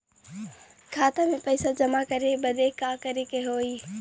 खाता मे पैसा जमा करे बदे का करे के होई?